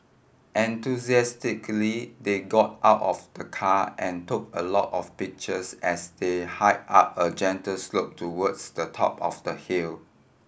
enthusiastically they got out of the car and took a lot of pictures as they hike up a gentle slope towards the top of the hill